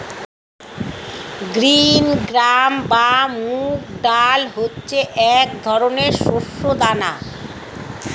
green gram বা মুগ ডাল হচ্ছে এক ধরনের শস্য দানা